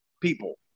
people